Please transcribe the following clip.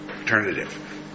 alternative